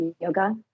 yoga